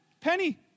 Penny